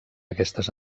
aquestes